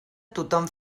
tothom